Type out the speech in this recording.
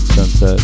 Sunset